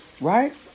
right